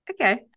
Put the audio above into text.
Okay